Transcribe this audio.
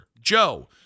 Joe